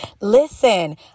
Listen